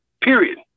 period